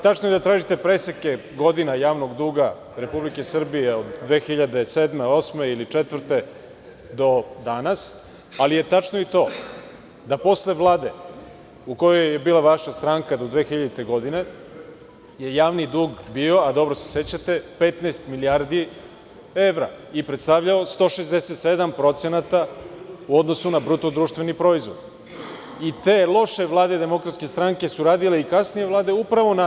Tačno je da tražite preseke godina javnog duga Republike Srbije od 2007, 2008. ili 2004. do danas, ali je tačno i to da je posle Vlade u kojoj je bila vaša stranka do 2000. godine javni dug bio, a dobro se sećate, 15 milijardi evra i predstavljao 167% u odnosu na BDP i te loše vlade DS su radile i kasnije vlade, upravo na